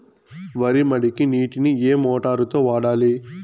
వరి మడికి నీటిని ఏ మోటారు తో వాడాలి?